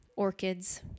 orchids